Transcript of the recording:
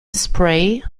spray